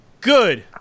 Good